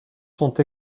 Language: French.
sont